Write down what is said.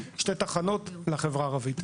שתי תחנות לחברה הערבית.